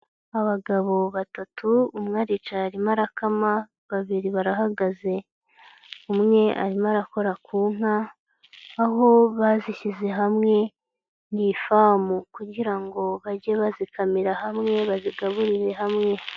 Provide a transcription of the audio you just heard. Abagabo batatu umwe aricaye arimo arakama babiri barahagaze, umwe arimo arakora ku nka aho bazishyize hamwe mu ifamu kugira ngo bajye bazikamira hamwe bazigaburire hamwe.